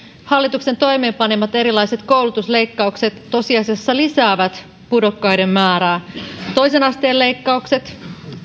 hallituksen toimeenpanemat erilaiset koulutusleik kaukset tosiasiassa lisäävät pudokkaiden määrää toisen asteen leikkaukset